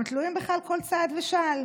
הם תלויים בך על כל צעד ושעל.